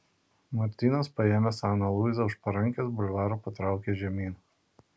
martynas paėmęs aną luizą už parankės bulvaru patraukė žemyn